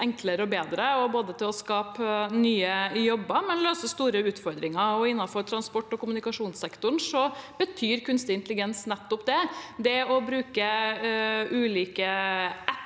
enklere og bedre, både til å skape nye jobber og til å løse store utfordringer. Innenfor transport- og kommunikasjonssektoren betyr kunstig intelligens nettopp det. Det å bruke ulike apper,